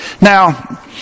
Now